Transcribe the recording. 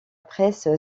presse